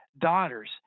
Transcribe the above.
daughters